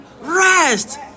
rest